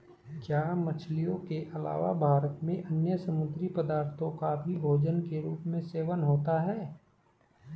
क्या मछलियों के अलावा भारत में अन्य समुद्री पदार्थों का भी भोजन के रूप में सेवन होता है?